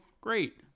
great